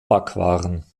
backwaren